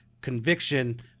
conviction